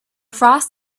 frost